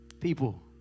people